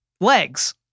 legs